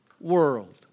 world